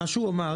זה מה שהוא אמר,